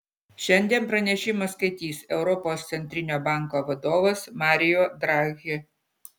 šiandien pranešimą skaitys europos centrinio banko vadovas mario draghi